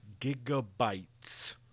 gigabytes